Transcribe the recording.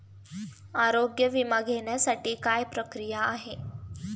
आरोग्य विमा घेण्यासाठी काय प्रक्रिया आहे?